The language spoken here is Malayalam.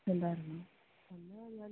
ഉണ്ടായിരുന്നു എന്നാൽ ഞാൻ